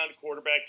quarterback